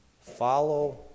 Follow